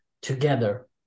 together